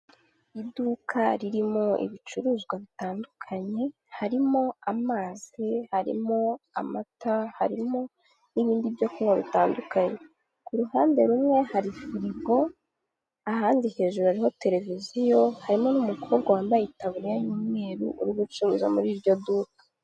Iduka ririmo ibicuruzwa bitandukanye, harimo amazi, harimo amata, harimo n'ibindi byo kunywa bitandukanye. Ku ruhande rumwe hari firigo, ahandi hejuru hariho televiziyo harimo n'umukobwa wambaye itaburiya y'umweru uri gucuruza muri iryo duka.